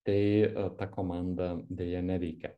tai ta komanda deja neveikia